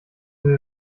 sie